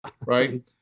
right